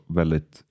väldigt